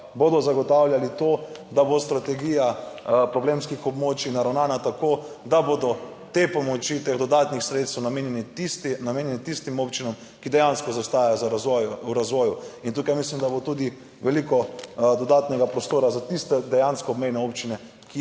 bodo zagotavljali to, da bo strategija problemskih območij naravnana tako, da bodo te pomoči teh dodatnih sredstev namenjene tisti namenjen tistim občinam, ki dejansko zaostajajo za razvoj, v razvoju. In tukaj mislim, da bo tudi veliko dodatnega prostora za tiste dejansko obmejne občine,